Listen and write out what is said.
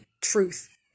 truth